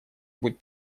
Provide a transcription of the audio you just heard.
будет